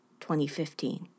2015